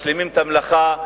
משלימים את המלאכה,